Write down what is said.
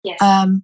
Yes